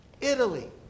Italy